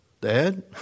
Dad